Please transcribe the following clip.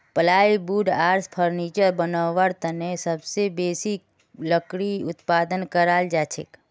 plywood आर furniture बनव्वार तने सबसे बेसी लकड़ी उत्पादन कराल जाछेक